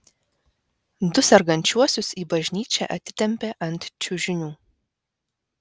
du sergančiuosius į bažnyčią atitempė ant čiužinių